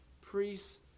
priests